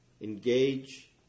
Engage